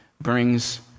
brings